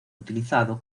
utilizado